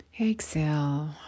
Exhale